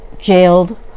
jailed